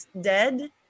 dead